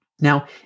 Now